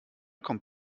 kommt